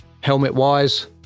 Helmet-wise